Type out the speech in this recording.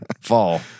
fall